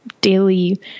daily